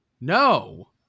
no